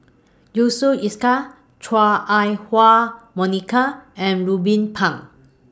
Yusof Ishak Chua Ah Huwa Monica and Ruben Pang